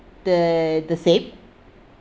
they the same